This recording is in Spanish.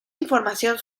información